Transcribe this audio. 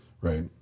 right